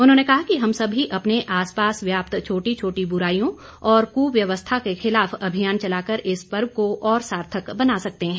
उन्होंने कहा कि हम सभी अपने आस पास व्याप्त छोटी छोटी बुराईयों और कुव्यवस्था के खिलाफ अभियान चलाकर इस पर्व को और सार्थक बना सकते हैं